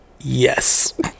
yes